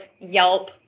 Yelp